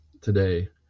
today